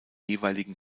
jeweiligen